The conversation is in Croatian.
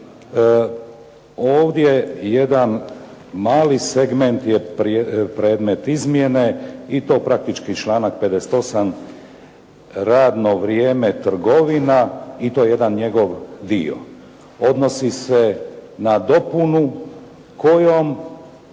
ovdje jedan mali segment je predmet izmjene i to praktički članak 58. radno vrijeme trgovina i to jedan njegov dio. Odnosi se na dopunu kojom